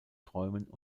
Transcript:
träumen